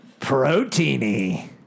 Proteiny